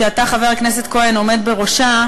שאתה, חבר הכנסת כהן, עומד בראשה,